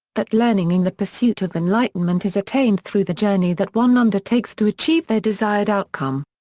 that learning and the pursuit of enlightenment is attained through the journey that one undertakes to achieve their desired outcome.